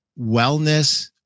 wellness